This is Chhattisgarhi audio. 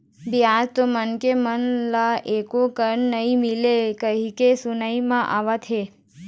बियाज तो मनखे मन ल एको कन नइ मिलय कहिके सुनई म आवत हे